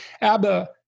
ABBA